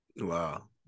wow